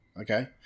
Okay